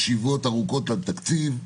הרוחות.